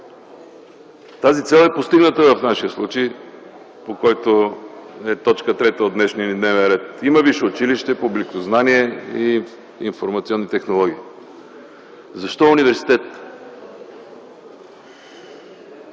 Тази цел е постигната в нашия случай, който е т. 3 от днешния ни дневен ред – има Висше училище по библиотекознание и информационни технологии. Защо университет?